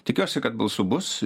tikiuosi kad balsų bus